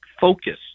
focus